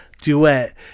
Duet